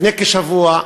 לפני כשבוע,